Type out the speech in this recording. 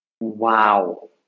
Wow